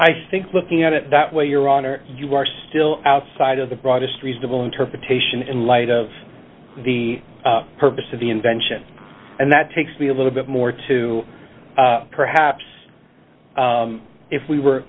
i think looking at it that way your honor you are still outside of the broadest reasonable interpretation in light of the purpose of the invention and that takes me a little bit more to perhaps if we were